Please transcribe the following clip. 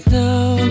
now